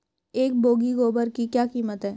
एक बोगी गोबर की क्या कीमत है?